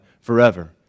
forever